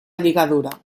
lligadura